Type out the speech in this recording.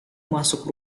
masuk